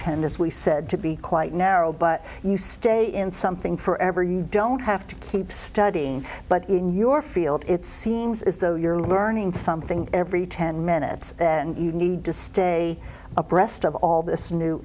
tend as we said to be quite narrow but you stay in something forever you don't have to keep studying but in your field it seems as though you're learning something every ten minutes and you need to stay abreast of all this new